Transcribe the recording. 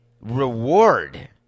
reward